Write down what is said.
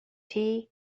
tea